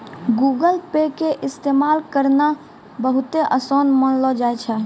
Google Pay के इस्तेमाल करनाय बहुते असान मानलो जाय छै